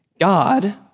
God